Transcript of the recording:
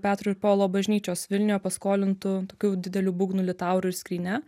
petro ir povilo bažnyčios vilniuje paskolintu tokiu dideliu būgnu litauru ir skrynia